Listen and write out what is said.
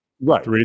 Right